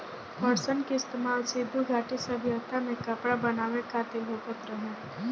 पटसन के इस्तेमाल सिंधु घाटी सभ्यता में कपड़ा बनावे खातिर होखत रहे